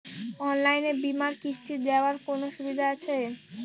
অনলাইনে বীমার কিস্তি দেওয়ার কোন সুবিধে আছে?